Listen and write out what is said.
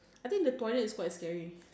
I think the toilet is quite scary